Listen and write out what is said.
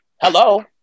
Hello